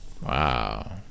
Wow